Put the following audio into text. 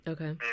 Okay